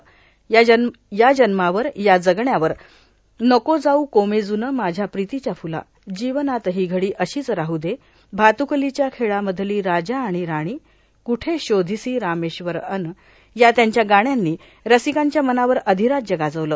या जन्मावर या जगण्यावर नको जाऊ कोमेजून माझ्या प्रीतीच्या फ्ला जीवनात ही घडी अशीच राह दे भात्कलीच्या खेळामधली राजा आणि राणी क्ठे शोधिसी रामेश्वर अन या त्यांच्या गाण्यांनी रसिकांच्या मनावर अधिराज्य गाजवलं